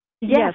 Yes